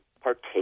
partake